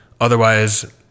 otherwise